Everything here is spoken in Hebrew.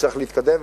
וצריך להתקדם,